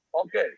Okay